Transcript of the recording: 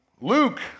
Luke